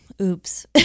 oops